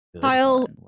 Kyle